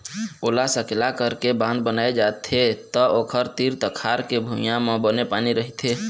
ओला सकेला करके बांध बनाए जाथे त ओखर तीर तखार के भुइंया म बने पानी रहिथे